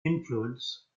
influence